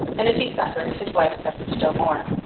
and if he suffered, his wife suffered still more.